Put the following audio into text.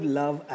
love